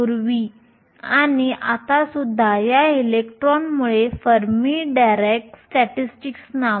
पूर्वी आणि आतासुद्धा या इलेक्ट्रॉनांमुळे Fermi Dirac statistics Fermi Dirac Statistics